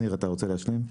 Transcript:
שניר, אתה רוצה להשלים?